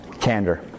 candor